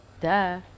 Duh